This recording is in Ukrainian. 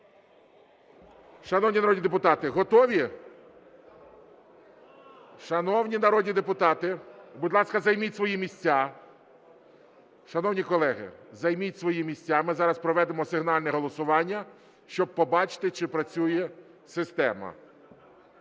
Шановні народні депутати, готові? Шановні народні депутати, будь ласка, займіть свої місця. Шановні колеги, займіть свої місця, ми зараз проведемо сигнальне голосування, щоб побачити, чи працює система.